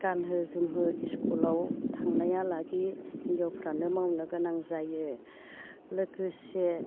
गानहो जोमहो इस्कुलाव थांनाया लागि हिनजावफ्रानो मावनो गोनां जायो लोगोसे